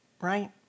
Right